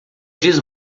diz